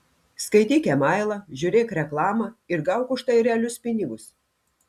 skaityk e mailą žiūrėk reklamą ir gauk už tai realius pinigus